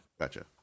Gotcha